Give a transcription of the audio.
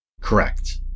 Correct